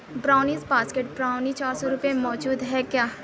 brownies basket brownie چار سو روپئے میں موجود ہے کیا